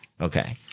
Okay